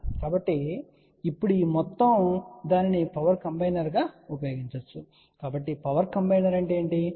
కాబట్టి ఇప్పుడు ఈ మొత్తం దానిని పవర్ కంబైనర్ గా ఉపయోగించవచ్చు సరే కాబట్టి పవర్ కంబైనర్ అంటే ఏమిటి